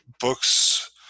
books